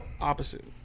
opposite